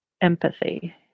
empathy